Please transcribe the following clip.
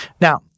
now